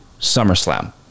SummerSlam